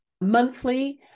monthly